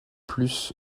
plus